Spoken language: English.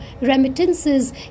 remittances